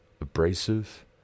abrasive